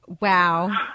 Wow